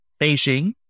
Beijing